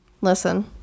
listen